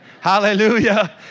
hallelujah